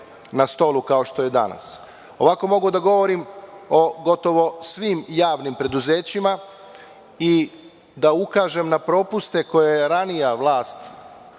na stolu kao što je danas. Ovako mogu da govorim o gotovo svim javnim preduzećima i da ukažem na propuste koje je ranija vlast